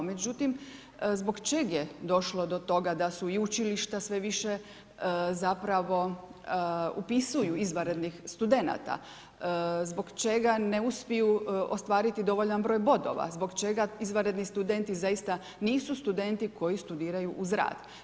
Međutim zbog čeg je došlo do toga da su i učilišta sve više zapravo upisuju izvanrednih studenata zbog čega ne uspiju ostvariti dovoljan broj bodova, zbog čega izvanredni studenti zaista nisu studenti koji studiraju uz rad?